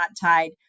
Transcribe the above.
tied